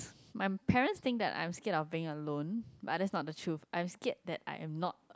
my parents think that I'm scared of being alone but that's not the truth I scared that I'm not